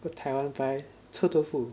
go taiwan buy 臭豆腐